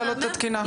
להעלות את התקינה.